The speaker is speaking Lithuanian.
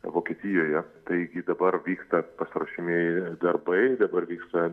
vokietijoje taigi dabar vyksta pasiruošiamieji darbai dabar vyksta